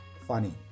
funny